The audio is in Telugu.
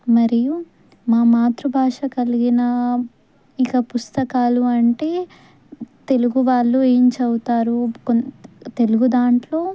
మరియు మా మాతృభాష కలిగిన ఇక పుస్తకాలు అంటే తెలుగు వాళ్ళు ఏమి చదువుతారు కొ తెలుగు దానిలో